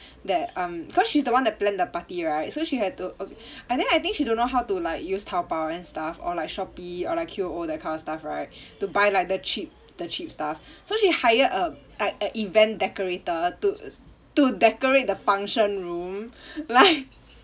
that um cause she's the one that planned the party right so she had to and then I think she don't know how to like use taobao and stuff or like shopee or like Qoo that kind of stuff right to buy like the cheap the cheap stuff so she hired a uh a event decorator to to decorate the function room like